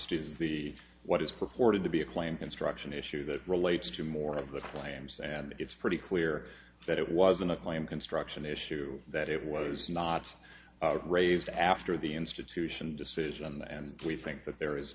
is the what is purported to be a claim construction issue that relates to more of the claims and it's pretty clear that it wasn't a claim construction issue that it was not raised after the institution decision and we think that there is